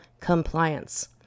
compliance